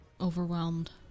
Overwhelmed